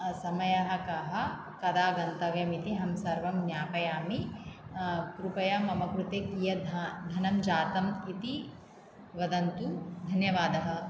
समयः कः कदा गन्तव्यमिति अहं सर्वं ज्ञापयामि कृपया मम कृते कियत्ध् धनं जातम् इति वदन्तु धन्यवादः